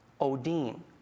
Odin